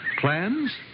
plans